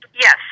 Yes